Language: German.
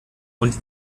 und